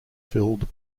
filled